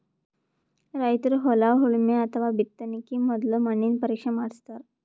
ರೈತರ್ ಹೊಲ ಉಳಮೆ ಅಥವಾ ಬಿತ್ತಕಿನ ಮೊದ್ಲ ಮಣ್ಣಿನ ಪರೀಕ್ಷೆ ಮಾಡಸ್ತಾರ್